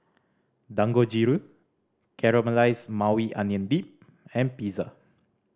Dangojiru Caramelized Maui Onion Dip and Pizza